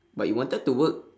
but you wanted to work